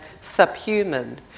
subhuman